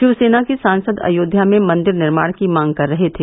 शिव सेना के सांसद अयोध्या में मंदिर निर्माण की मांग कर रहे थे